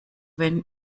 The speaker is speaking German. wenn